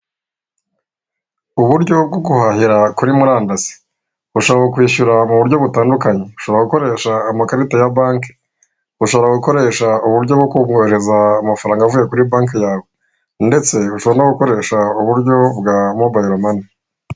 Uburyo bwo guhahira kuri murandasi, ushobora kwishyura mu buryo butandukanye, ushobora gukoresha amakarita ya banki, ushobora gukoresha uburyo bwo kuguhereza amafaranga avuye kuri banki yawe ndetse ushobora no gukoresha uburyo bwa mobayiro mani.